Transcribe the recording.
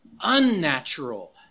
unnatural